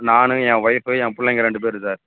நான் என் ஒய்ஃபு என் பிள்ளைங்க ரெண்டு பேர் சார்